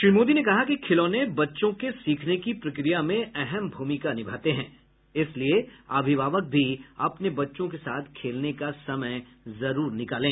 श्री मोदी ने कहा कि खिलौने बच्चों के सीखने की प्रक्रिया में अहम भूमिका निभाते हैं इसलिए अभिभावक भी अपने बच्चों के साथ खेलने का समय जरूर निकालें